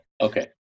okay